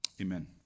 Amen